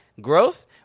growth